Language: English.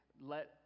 let